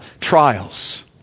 trials